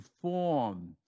form